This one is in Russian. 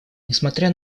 несмотря